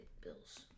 Bills